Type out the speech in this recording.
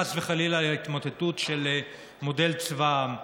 חס וחלילה, להתמוטטות של מודל צבא העם.